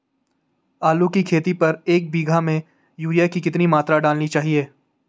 आलू की खेती पर एक बीघा में यूरिया की कितनी मात्रा डालनी चाहिए?